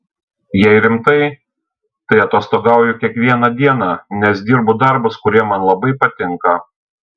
jei rimtai tai atostogauju kiekvieną dieną nes dirbu darbus kurie man labai patinka